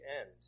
end